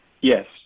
Yes